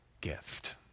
gift